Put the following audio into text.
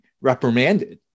reprimanded